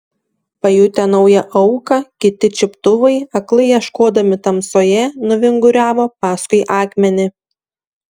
pajutę naują auką kiti čiuptuvai aklai ieškodami tamsoje nuvinguriavo paskui akmenį